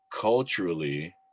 culturally